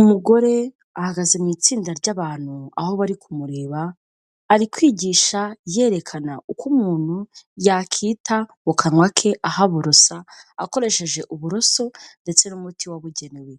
Umugore ahagaze mu itsinda ry'abantu aho bari kumureba, ari kwigisha yerekana uko umuntu yakwita mu kanwa ke ahaborosa akoresheje uburoso ndetse n'umuti wabugenewe.